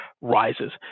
rises